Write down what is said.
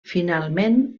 finalment